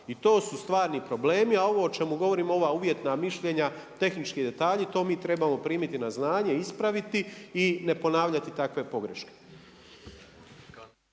I to su stvarni problemi, a ovo o čemu govorim, ova uvjetna mišljenja, tehnički detalji to mi trebamo primiti na znanje, ispraviti i ne ponavljati takve pogreške.